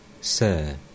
Sir